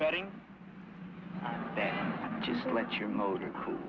betting that just let your motor cool